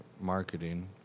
marketing